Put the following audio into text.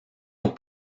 aux